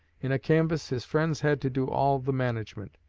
in a canvass his friends had to do all the management.